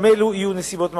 גם אלו יהיו נסיבות מחמירות.